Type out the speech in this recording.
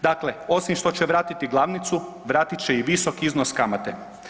Dakle, osim što će vratiti glavnicu, vratit će i visoki iznos kamate.